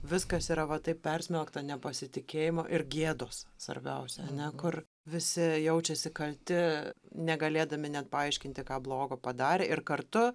viskas yra va taip persmelkta nepasitikėjimo ir gėdos svarbiausia ane kur visi jaučiasi kalti negalėdami net paaiškinti ką blogo padarė ir kartu